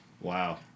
Wow